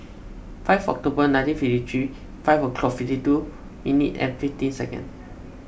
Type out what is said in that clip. five October nineteen fifty three five o'clock fifty two minute and fifteen second